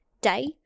day